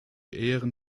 ehren